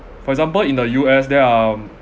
for example in the U_S there are um